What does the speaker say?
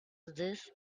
this